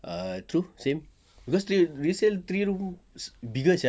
err true same cause three resale three room bigger sia